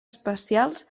especials